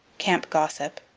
camp gossip,